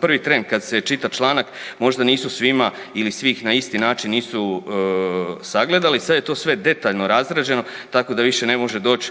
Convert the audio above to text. prvi tren kada se čita članak možda nisu svima ili svi ih na isti način nisu sagledali, sada je to sve detaljno razrađeno tako da više ne može doć